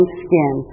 skin